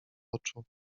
oczu